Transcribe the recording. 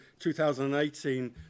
2018